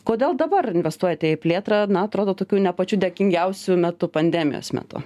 kodėl dabar investuojate į plėtrą na atrodo tokiu ne pačiu dėkingiausiu metu pandemijos metu